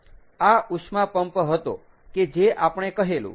આ ઉષ્મા પંપ હતો કે જે આપણે કહેલું